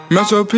Metro